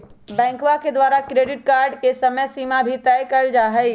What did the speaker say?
बैंकवा के द्वारा क्रेडिट कार्ड के समयसीमा भी तय कइल जाहई